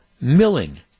Milling